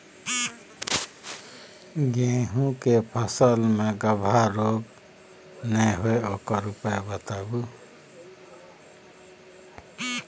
गेहूँ के फसल मे गबहा रोग नय होय ओकर उपाय बताबू?